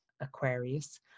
Aquarius